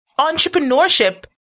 entrepreneurship